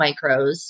micros